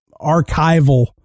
archival